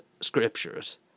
scriptures